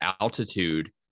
altitude